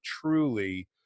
truly